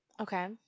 Okay